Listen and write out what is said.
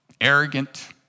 arrogant